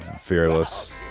fearless